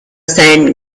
sand